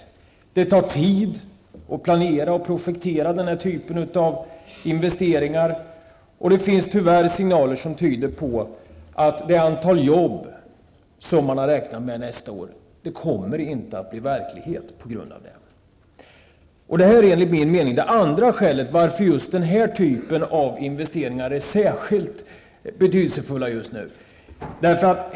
Det tar tid att planera och projektera den här typen av investeringar. Det finns tyvärr signaler som tyder på att det antal jobb som man har räknat med nästa år inte kommer att bli verklighet. Det är alltså enligt min mening det andra skälet till att sådana här investeringar är särskilt betydelsefulla just nu.